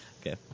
Okay